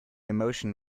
emotion